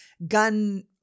Gun